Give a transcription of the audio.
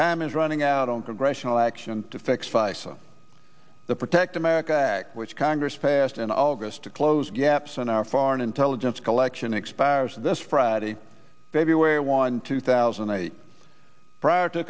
time is running out on congressional action to fix faisel the protect america act which congress passed in august to close gaps in our foreign intelligence collection expires this friday feb one two thousand and eight prior to